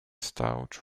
stout